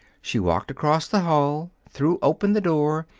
she walked across the hall, threw open the door,